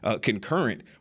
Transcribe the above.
concurrent